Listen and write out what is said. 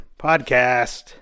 podcast